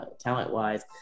talent-wise